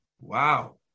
wow